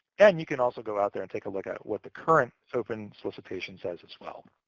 and you can also go out there and take a look at what the current open solicitation says, as well.